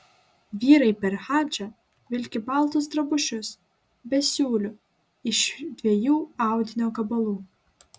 vyrai per hadžą vilki baltus drabužius be siūlių iš dviejų audinio gabalų